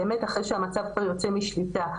באמת אחרי שהמצב כבר יוצא משליטה.